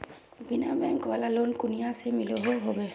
बिना बैंक वाला लोन कुनियाँ से मिलोहो होबे?